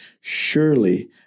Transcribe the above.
surely